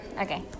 okay